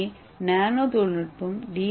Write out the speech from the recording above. ஏ nano தொழில்நுட்பம் D